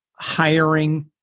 hiring